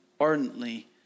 ardently